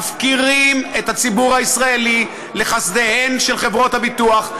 מפקירים את הציבור הישראלי לחסדיהן של חברות הביטוח,